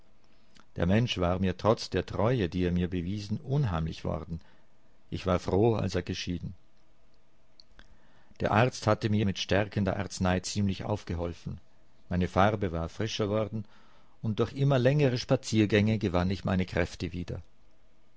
der mensch war mir trotz der treue die er mir bewiesen unheimlich worden ich war froh als er geschieden der arzt hatte mir mit stärkender arznei ziemlich aufgeholfen meine farbe war frischer worden und durch immer längere spaziergänge gewann ich meine kräfte wieder